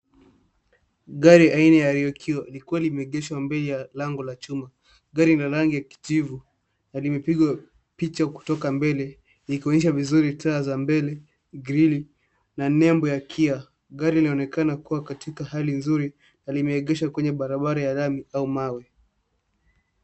Gari aina ya unq, likiwa limeegeshwa mbele ya lango ya chuma. Gari ina rangi ya kijivu na limepigwa picha kutoka mbele ikionyesha vizuri taa za mbele, grili na nembo ya gia. Gari linaonekana kuwa katika hali nzuri na limeegeshwa kwenye barabara ya lami au mawe.